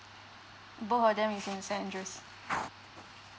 both of them is in saint andrew's